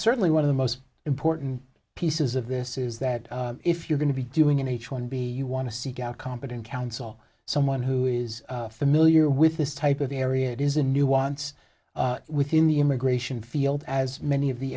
certainly one of the most important pieces of this is that if you're going to be doing an h one b you want to seek out competent counsel someone who is familiar with this type of the area it is a nuance within the immigration field as many of the